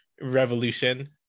revolution